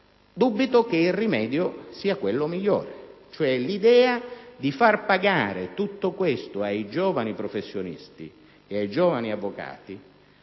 dubito che il rimedio sia il migliore. L'idea di far pagare tutto questo ai giovani professionisti e ai giovani avvocati,